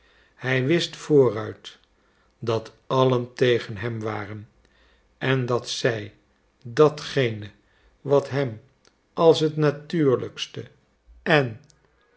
hij wist vooruit dat allen tegen hem waren en dat zij datgene wat hem als het natuurlijkste en